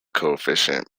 coefficient